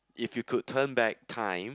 if you could turn back time